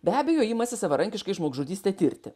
be abejo imasi savarankiškai žmogžudystę tirti